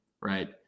right